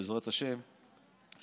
בעזרת השם,